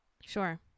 sure